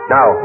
Now